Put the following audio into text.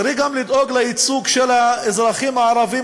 צריך גם לדאוג לייצוג של האזרחים הערבים